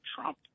Trump